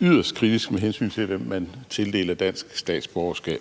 yderst kritisk, med hensyn til hvem man tildeler dansk statsborgerskab.